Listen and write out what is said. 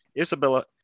Isabella